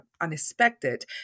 unexpected